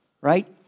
right